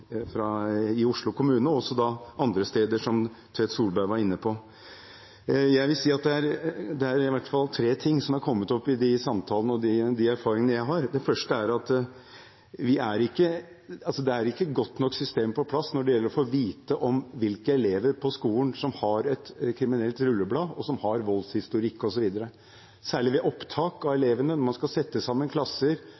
i i Oslo kommune, og også andre steder, som Tvedt Solberg var inne på. Jeg vil si at det er i hvert fall tre ting som er kommet opp i de samtalene og fra de erfaringene jeg har. Det første er at det ikke er et godt nok system på plass når det gjelder å få vite om hvilke elever på skolen som har kriminelt rulleblad, og som har voldshistorikk osv., særlig ved opptak av